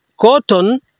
cotton